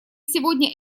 сегодня